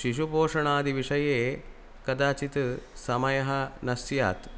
शिशुपोषनादिविषये कदाचित् समयः न स्यात्